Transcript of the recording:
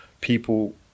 people